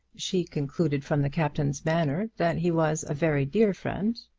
she concluded from the captain's manner that he was a very dear friend,